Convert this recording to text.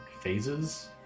phases